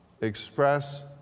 express